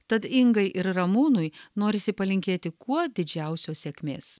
tad ingai ir ramūnui norisi palinkėti kuo didžiausios sėkmės